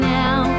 now